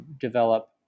develop